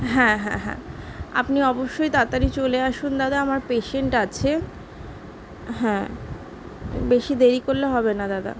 হ্যাঁ হ্যাঁ হ্যাঁ আপনি অবশ্যই তাড়াতাড়ি চলে আসুন দাদা আমার পেসেন্ট আছে হ্যাঁ বেশি দেরি করলে হবে না দাদা